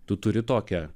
tu turi tokią